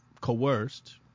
coerced